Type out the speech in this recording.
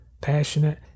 passionate